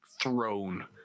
throne